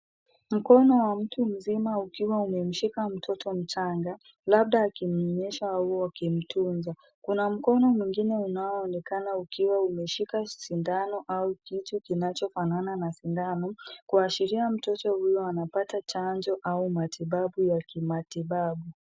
Mkono wa mtu mzima ukiwa umemshika mtoto mchanga, labda akimnyonyesha au akimtunza. Kuna mkono mwingine unaoonekana ukiwa umeshika sindano au kitu kinachofanana na sindano kuashiria mtoto huyo anapata chanjo au matibabu ya kimatibabu.